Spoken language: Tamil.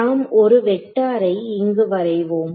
நாம் ஒரு வெக்டரை இங்கு வரைவோம்